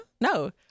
No